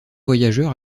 voyageur